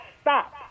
stop